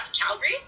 calgary